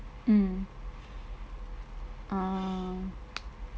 mm orh